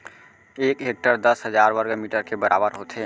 एक हेक्टर दस हजार वर्ग मीटर के बराबर होथे